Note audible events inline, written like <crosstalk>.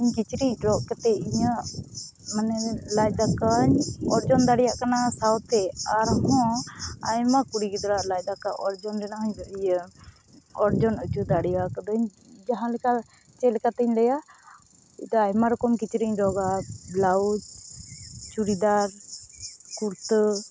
ᱠᱤᱪᱨᱤᱡ ᱨᱚᱜ ᱠᱟᱛᱮᱫ ᱤᱧᱟᱹᱜ ᱢᱟᱱᱮ ᱞᱟᱡᱼᱫᱟᱠᱟᱧ ᱚᱨᱡᱚᱱ ᱫᱟᱲᱮᱭᱟᱜ ᱠᱟᱱᱟ ᱥᱟᱶᱛᱮ ᱟᱨᱦᱚᱸ ᱟᱭᱢᱟ ᱠᱩᱲᱤ ᱜᱤᱫᱽᱨᱟᱹᱼᱟᱜ ᱞᱟᱡᱼᱫᱟᱠᱟ ᱚᱨᱡᱚᱱ ᱨᱮᱱᱟᱜᱦᱚᱸ ᱤᱭᱟᱹ ᱚᱨᱡᱚᱱᱚᱪᱚ ᱫᱟᱲᱮ ᱟᱠᱟᱫᱟᱹᱧ ᱡᱟᱦᱟᱸᱞᱮᱠᱟ ᱪᱮᱫᱞᱮᱠᱟᱛᱮᱧ ᱞᱟᱹᱭᱟ <unintelligible> ᱟᱭᱢᱟ ᱨᱚᱠᱚᱢ ᱠᱤᱪᱨᱤᱡᱤᱧ ᱨᱚᱜᱽᱼᱟ ᱵᱞᱟᱣᱩᱡᱽ ᱪᱩᱨᱤᱫᱟᱨ ᱠᱩᱨᱛᱟᱹ